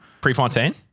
Prefontaine